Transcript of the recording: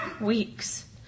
weeks